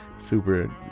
Super